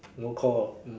no call